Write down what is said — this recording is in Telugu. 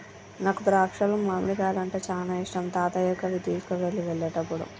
నాకు ద్రాక్షాలు మామిడికాయలు అంటే చానా ఇష్టం తాతయ్యకు అవి తీసుకువెళ్ళు వెళ్ళేటప్పుడు